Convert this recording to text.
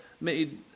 made